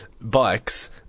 bikes